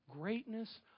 greatness